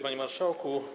Panie Marszałku!